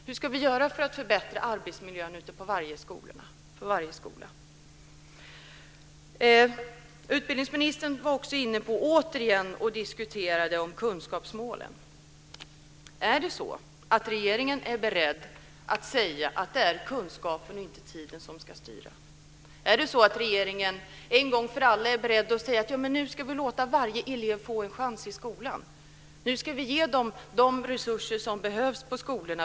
Hur ska vi göra för att förbättra arbetsmiljön ute på varje skola? Utbildningsministern var återigen inne på att diskutera kunskapsmålen. Är regeringen beredd att säga att det är kunskapen och inte tiden som ska styra? Är regeringen en gång för alla beredd att säga: Men nu ska vi låta varje elev få en chans i skolan. Nu ska vi ge de resurser som behövs på skolorna.